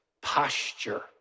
posture